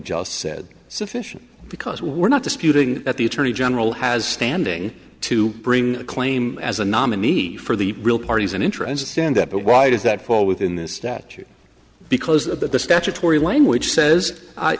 just said sufficient because we're not disputing that the attorney general has standing to bring a claim as a nominee for the real parties and interests in that but why does that fall within this statute because the statutory language says i